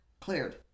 cleared